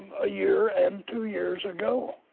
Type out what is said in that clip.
a year and two years ago.